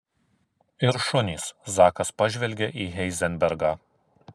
ir šunys zakas pažvelgė į heizenbergą